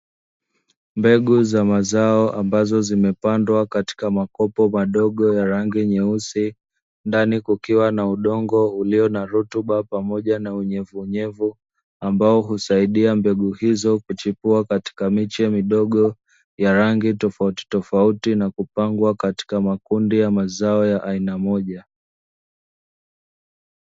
Mbegu za mazao ambazo zimepandwa katika makopo madogo ya rangi nyeusi, ndani kukiwa na udongo ulio na rutuba pamoja na unyevunyevu, ambao husaidia mbegu hizo kuchipua katika miche midogo ya rangi tofautitofauti, na kupangwa katika makundi ya mazao ya aina moja.